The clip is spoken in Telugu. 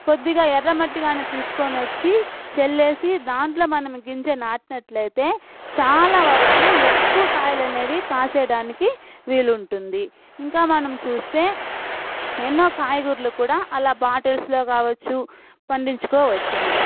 కొద్దిగా ఎర్రమట్టి కానీ తీసుకోని వచ్చి చల్లేసి దాంట్లో మనం గింజె నాటినట్లయితే చాలా వరకు ఎక్కువ కాయలు అనేవి కాసేదానికి వీలు ఉంటుంది ఇంకా మనం చూస్తే ఎన్నో కాయకూరలు కూడా అలా బోటిల్స్లో కావచ్చు పండించుకోవచ్చండి